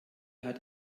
hat